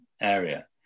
area